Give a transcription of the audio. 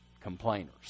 complainers